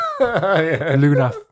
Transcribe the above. Luna